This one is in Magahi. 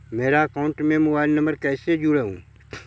मेरा अकाउंटस में मोबाईल नम्बर कैसे जुड़उ?